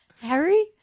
Harry